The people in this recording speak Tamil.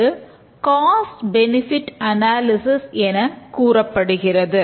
இது காஸ்ட் பெனிபிட் அனாலிசிஸ் என கூறப்படுகிறது